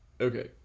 Okay